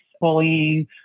bullying